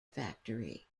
factory